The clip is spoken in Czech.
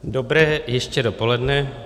Dobré ještě dopoledne.